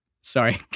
Sorry